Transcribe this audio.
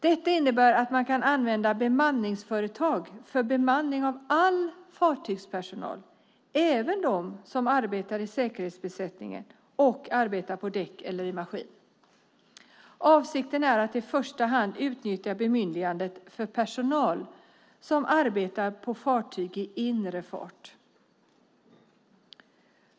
Detta innebär att man kan använda bemanningsföretag för bemanning av all fartygspersonal - även de som arbetar i säkerhetsbesättningen och arbetar på däck eller i maskin. Avsikten är att i första hand utnyttja bemyndigandet för personal som arbetar på fartyg i inre fart.